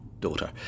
daughter